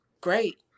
great